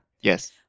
Yes